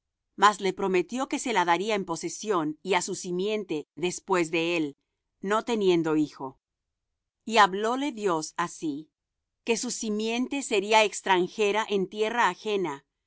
mas le prometió que se la daría en posesión y á su simiente después de él no teniendo hijo y hablóle dios así que su simiente sería extranjera en tierra ajena